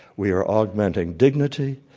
we are augmenting dignity,